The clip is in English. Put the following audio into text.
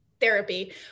therapy